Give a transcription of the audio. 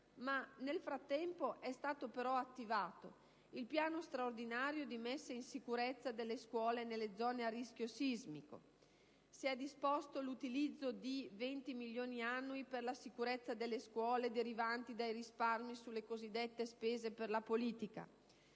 nel frattempo è stato però attivato il piano straordinario di messa in sicurezza delle scuole nelle zone a rischio sismico. Si è disposto l'utilizzo di 20 milioni annui per la sicurezza delle scuole, derivanti dai risparmi sulle cosiddette spese per la politica.